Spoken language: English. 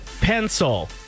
pencil